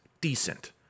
decent